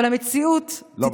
אבל המציאות תטפח, לא.